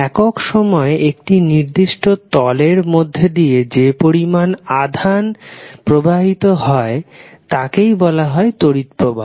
একক সময়ে একটি নির্দিষ্ট তলের মধ্যে দিয়ে যে পরিমান আধান প্রবাহিত হয় তাকেই বলা হয় তড়িৎ প্রবাহ